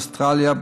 אוסטרליה,